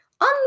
on